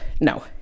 No